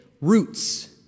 roots